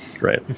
Right